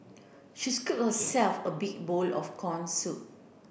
she scooped herself a big bowl of corn soup